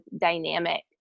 dynamic